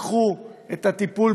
לקחו את הטיפול,